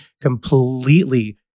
Completely